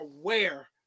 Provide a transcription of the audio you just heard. aware